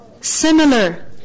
similar